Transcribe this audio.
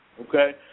Okay